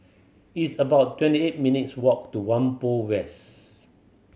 it's about twenty eight minutes' walk to Whampoa West